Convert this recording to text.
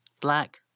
black